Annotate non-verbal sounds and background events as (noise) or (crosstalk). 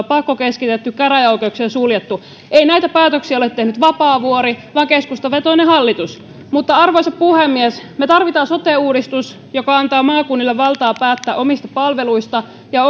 (unintelligible) pakkokeskitetty käräjäoikeuksia suljettu ei näitä päätöksiä ole tehnyt vapaavuori vaan keskustavetoinen hallitus arvoisa puhemies me tarvitsemme sote uudistuksen joka antaa maakunnille valtaa päättää omista palveluistaan ja (unintelligible)